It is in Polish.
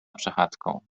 przechadzką